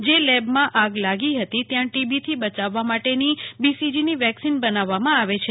જે લેબમાં આગ લાગી હતી ત્યાં ટીબીથી બયાવવા માટેની બીસીજીની વેક્સિન બનાવવામાં આવે છે